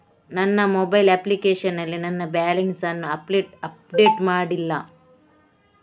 ನನ್ನ mobile application ನಲ್ಲಿ ನನ್ನ ಬ್ಯಾಲೆನ್ಸ್ ಅನ್ನು ಅಪ್ಡೇಟ್ ಮಾಡ್ಲಿಲ್ಲ